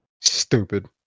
Stupid